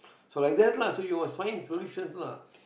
so like that lah so you must find solutions lah